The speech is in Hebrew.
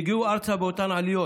והגיעו ארצה באותן עליות